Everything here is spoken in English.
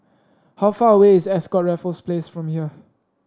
how far away is Ascott Raffles Place from here